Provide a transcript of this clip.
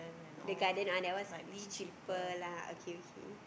the garden ah that one is cheaper lah okay okay